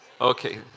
Okay